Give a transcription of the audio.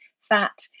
fat